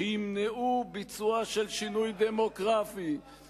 שימנעו ביצוע של שינוי דמוגרפי,